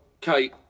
Kate